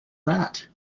that